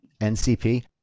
NCP